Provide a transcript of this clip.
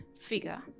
figure